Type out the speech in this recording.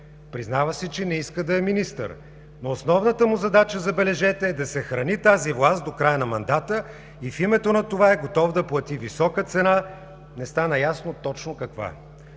признава си, че не иска да е министърът. Но основната му задача, забележете, е да съхрани тази власт до края на мандата и в името на това е готов да плати висока цена – не стана ясно точно каква.